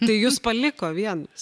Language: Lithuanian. tai jus paliko vienus